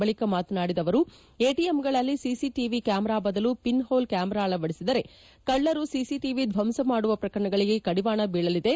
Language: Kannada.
ಬಳಿಕ ಮಾತನಾಡಿದ ಅವರು ಎಟಿಎಂಗಳಲ್ಲಿ ಸಿಸಿ ಟಿವಿ ಕ್ಯಾಮರಾ ಬದಲು ಪಿನ್ ಹೋಲ್ ಕ್ಯಾಮರಾ ಅಳವಡಿಸಿದರೆ ಕಳ್ಳರು ಸಿಸಿಟಿವಿ ದ್ವಂಸ ಮಾಡುವ ಪ್ರಕರಣಗಳಿಗೆ ಕಡಿವಾಣ ಬೀಳಲಿದೆ